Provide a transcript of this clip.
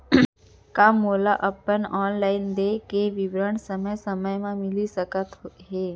का मोला अपन ऑनलाइन देय के विवरण समय समय म मिलिस सकत हे?